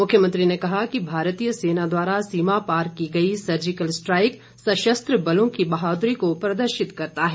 मुख्यमंत्री ने कहा कि भारतीय सेना द्वारा सीमा पार कर की गई सर्जिकल स्ट्राईक सशस्त्र बलों की बहादुरी को प्रदर्शित करता है